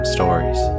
Stories